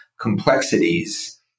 complexities